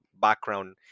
background